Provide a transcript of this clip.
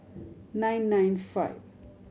nine nine five